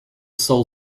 sole